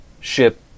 ship